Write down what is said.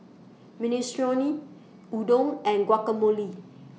Minestrone Udon and Guacamole